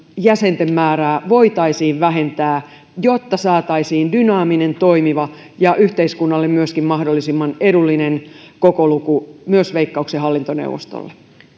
jäsenten määrää voitaisiin vähentää jotta saataisiin dynaaminen toimiva ja myöskin yhteiskunnalle mahdollisimman edullinen kokoluku myös veikkauksen hallintoneuvostolle